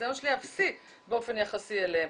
הניסיון שלי אפסי באופן יחסי אליהם.